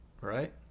Right